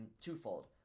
twofold